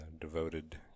devoted